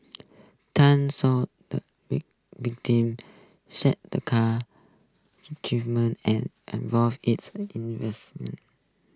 Tan saw the victim shake the car and its